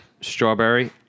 strawberry